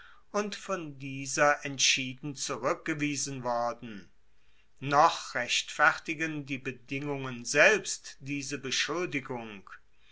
und von dieser entschieden zurueckgewiesen worden noch rechtfertigen die bedingungen selbst diese beschuldigung